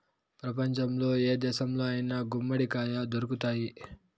ప్రపంచంలో ఏ దేశంలో అయినా గుమ్మడికాయ దొరుకుతాయి